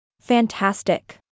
Fantastic